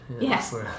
Yes